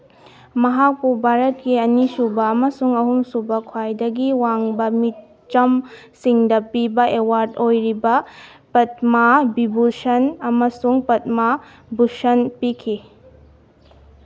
ꯃꯍꯥꯛꯄꯨ ꯚꯥꯔꯠꯀꯤ ꯑꯅꯤꯁꯨꯕ ꯑꯃꯁꯨꯡ ꯑꯍꯨꯝꯁꯨꯕ ꯈ꯭ꯋꯥꯏꯗꯒꯤ ꯋꯥꯡꯕ ꯃꯤꯆꯝꯁꯤꯡꯗ ꯄꯤꯕ ꯑꯦꯋꯥꯔꯠ ꯑꯣꯏꯔꯤꯕ ꯄꯠꯃꯥ ꯚꯤꯚꯨꯁꯟ ꯑꯃꯁꯨꯡ ꯄꯠꯃꯥ ꯚꯨꯁꯟ ꯄꯤꯈꯤ